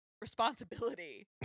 responsibility